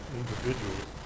individuals